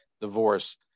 divorce